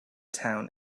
town